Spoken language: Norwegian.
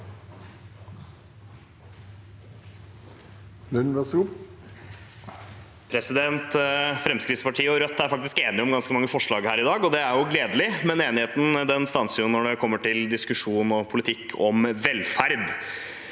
Fremskritts- partiet og Rødt er faktisk enige om ganske mange forslag her i dag, og det er jo gledelig. Enigheten stanser når vi kommer til diskusjon om og politikk for velferd.